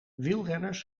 wielrenners